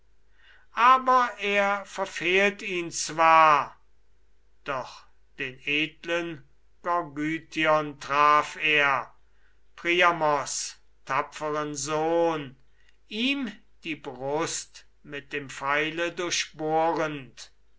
und er verfehlt ihn zwar doch den edlen gorgythion traf er priamos tapferen sohn ihm die brust mit dem pfeile durchbohrend